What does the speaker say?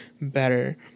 better